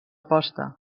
posta